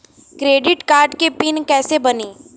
Credit card के PIN कैसे बनी?